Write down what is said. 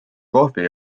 kohvi